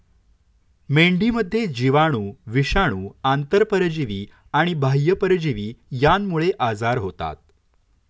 मेंढीमध्ये जीवाणू, विषाणू, आंतरपरजीवी आणि बाह्य परजीवी यांमुळे आजार होतात